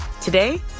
Today